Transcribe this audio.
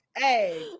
Hey